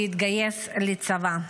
להתגייס לצבא.